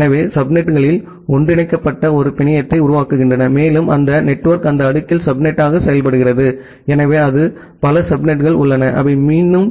எனவே சப்நெட்டுகள் ஒன்றிணைக்கப்பட்டு ஒரு பிணையத்தை உருவாக்குகின்றன மேலும் அந்த நெட்வொர்க் அடுத்த அடுக்கில் சப்நெட்டாக செயல்படுகிறது எனவே அது பல சப்நெட்டுகள் உள்ளன அவை மீண்டும்